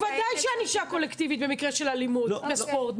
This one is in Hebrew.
בוודאי שענישה קולקטיבית במקרה של אלימות בספורט.